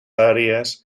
áreas